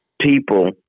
people